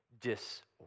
disorder